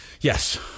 yes